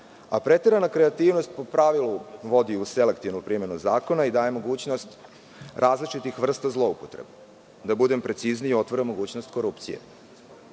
a preterana kreativnost po pravilu vodi u selektivnu primenu zakona i daje mogućnost različitih vrsta zloupotreba. Da budem precizniji, otvara mogućnost korupcije. Takođe,